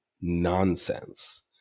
nonsense